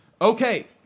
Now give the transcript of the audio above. Okay